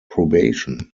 probation